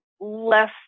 less